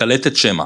קלטת שמע